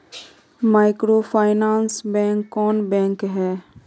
Microfinance bank कौन bank है?